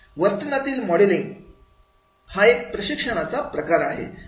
वर्तनातील मॉडेलिंग हा एक प्रशिक्षण कार्यक्रमाचा प्रकार आहे